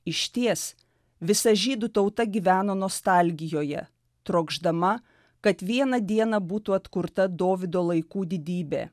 išties visa žydų tauta gyvena nostalgijoje trokšdama kad vieną dieną būtų atkurta dovydo laikų didybė